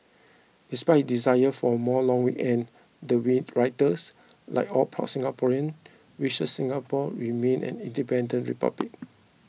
despite his desire for more long weekends the writers like all proud Singaporeans wishes Singapore remains an independent republic